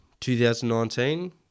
2019